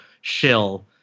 shill